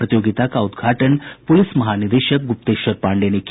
प्रतियोगिता का उद्घाटन पुलिस महानिदेशक गुप्तेश्वर पाण्डेय ने किया